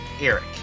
Eric